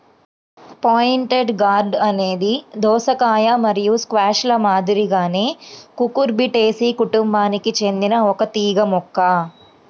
pointed gourd అనేది దోసకాయ మరియు స్క్వాష్ల మాదిరిగానే కుకుర్బిటేసి కుటుంబానికి చెందిన ఒక తీగ మొక్క